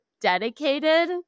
dedicated